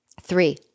Three